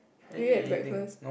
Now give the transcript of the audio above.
do you had breakfast